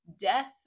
death